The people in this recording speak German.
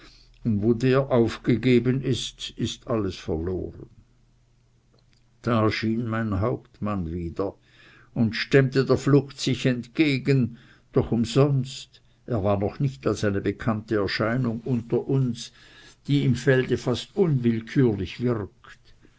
wo der aufgegeben ist ist alles verloren da erschien mein hauptmann wieder und stemmte der flucht sich entgegen doch umsonst er war noch nicht eine bekannte erscheinung unter uns die im felde fast unwillkürlich wirkt